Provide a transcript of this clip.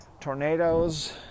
tornadoes